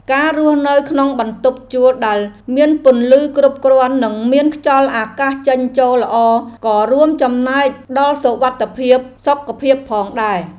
ការរស់នៅក្នុងបន្ទប់ជួលដែលមានពន្លឺគ្រប់គ្រាន់និងមានខ្យល់អាកាសចេញចូលល្អក៏រួមចំណែកដល់សុវត្ថិភាពសុខភាពផងដែរ។